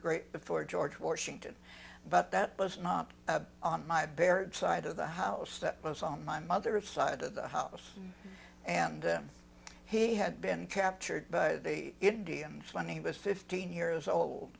great before george washington but that was not on my baird side of the house that was on my mother's side of the house and he had been captured by the indians when he was fifteen years old